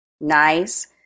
Nice